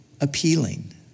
appealing